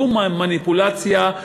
זו מניפולציה,